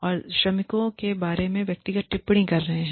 और श्रमिकों के बारे में व्यक्तिगत टिप्पणी कर रहे हैं